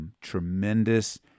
Tremendous